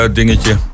dingetje